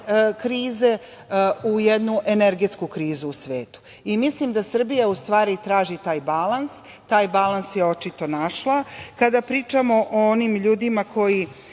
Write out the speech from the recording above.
krize u jednu energetsku krizu u svetu. Mislim da Srbija traži taj balans. Taj balans je očito našla. Kada pričamo o onim ljudima koji